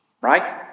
Right